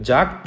Jack